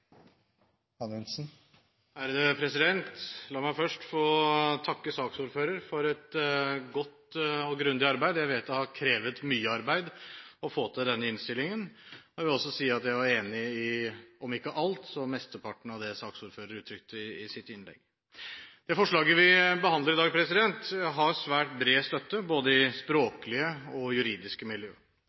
i dag. La meg først få takke saksordføreren for et godt og grundig arbeid. Jeg vet at det har krevet mye arbeid å få til denne innstillingen. Jeg vil også si at jeg var enig i om ikke alt, så i hvert fall i mesteparten av det saksordføreren uttrykte i sitt innlegg. Det forslaget vi behandler i dag, har svært bred støtte, både i språklige og i juridiske